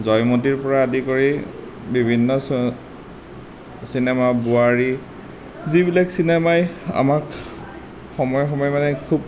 জয়মতীৰ পৰা আদি কৰি বিভিন্ন চিনেমা বোৱাৰী যিবিলাক চিনেমাই আমাক সময়ে সময়ে মানে খুব